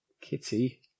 Kitty